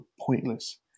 pointless